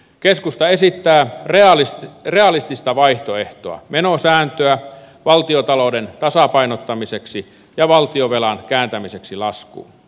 keskusta esittää realistista vaihtoehtoa menosääntöä valtiontalouden tasapainottamiseksi ja valtionvelan kääntämiseksi laskuun